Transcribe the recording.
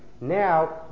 now